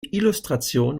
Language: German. illustration